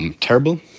Terrible